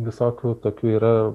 visokių tokių yra